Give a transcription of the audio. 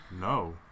no